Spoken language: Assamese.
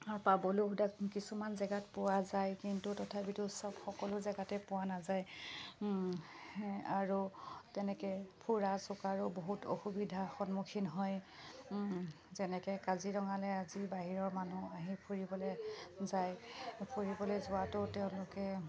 আৰু পাবলৈ অসুবিধা কিছুমান জেগাত পোৱা যায় কিন্তু তথাপিতো চব সকলো জেগাতে পোৱা নাযায় আৰু তেনেকৈ ফুৰা চকাৰো বহুত অসুবিধাৰ সন্মুখীন হয় যেনেকৈ কাজিৰঙালৈ আজি বাহিৰৰ মানুহ আহি ফুৰিবলৈ যায় ফুৰিবলৈ যোৱাতো তেওঁলোকে